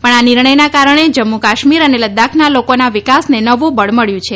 પણ આ નિર્ણયના કારણે જમ્મુ કાશ્મીર અને લદ્દાખના લોકોના વિકાસને નવું બળ મળ્યું છે